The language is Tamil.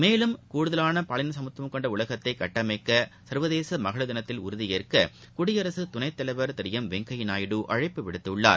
மேலும் கூடுதலானபாலினசமத்துவம் கொண்டஉலகத்தைகட்டமைக்கசா்வதேசமகளிர் தினத்தில் உறுதியேற்ககுடியரசுதுணைத்தலைவர் திருஎம் வெங்கையநாயுடு அழைப்பு விடுத்துள்ளார்